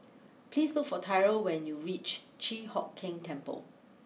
please look for Tyrell when you reach Chi Hock Keng Temple